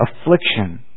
affliction